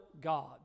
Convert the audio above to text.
God